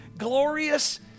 glorious